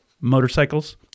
motorcycles